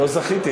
לא זכיתי.